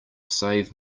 save